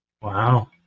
wow